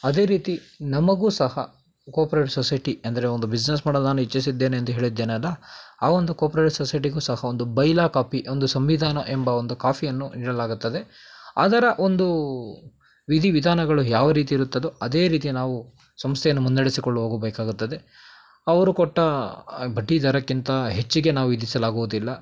ಅದೇ ರೀತಿ ನಮಗೂ ಸಹ ಕೋಪ್ರೇಟಿವ್ ಸೊಸೈಟಿ ಅಂದರೆ ಒಂದು ಬಿಸ್ನೆಸ್ ಮಾಡಲು ನಾನು ಇಚ್ಛಿಸಿದ್ದೇನೆ ಎಂದು ಹೇಳಿದ್ದೇನಲ್ಲ ಆ ಒಂದು ಕೋಪ್ರೇರೇಟಿವ್ ಸೊಸೈಟಿಗೂ ಸಹ ಒಂದು ಬೈಲ ಕಾಪಿ ಒಂದು ಸಂವಿಧಾನ ಎಂಬ ಒಂದು ಕಾಫಿಯನ್ನು ನೀಡಲಾಗುತ್ತದೆ ಅದರ ಒಂದು ವಿಧಿ ವಿಧಾನಗಳು ಯಾವ ರೀತಿ ಇರುತ್ತದೋ ಅದೇ ರೀತಿ ನಾವು ಸಂಸ್ಥೆಯನ್ನು ಮುನ್ನಡೆಸಿಕೊಳ್ಳು ಹೋಗಬೇಕಾಗುತ್ತದೆ ಅವರು ಕೊಟ್ಟ ಬಡ್ಡಿದರಕ್ಕಿಂತ ಹೆಚ್ಚಿಗೆ ನಾವು ವಿಧಿಸಲಾಗುವುದಿಲ್ಲ